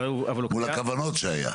מול הכוונות שהיו.